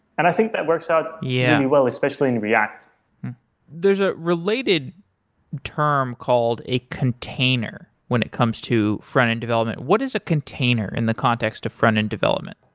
and i think that works out really yeah and well, especially in react there's a related term called a container, when it comes to frontend development. what is a container in the context of frontend development?